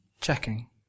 checking